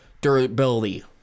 durability